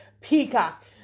Peacock